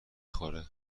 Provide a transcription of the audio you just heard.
خوره